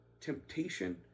temptation